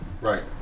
right